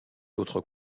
autres